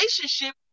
relationship